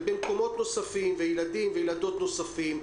גם לגבי מקומות נוספים ולגבי ילדים וילדות נוספים,